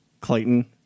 Clayton